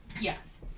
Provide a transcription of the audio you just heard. yes